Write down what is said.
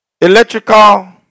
electrical